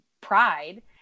pride